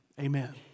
Amen